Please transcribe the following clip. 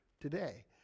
today